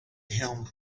him